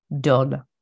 done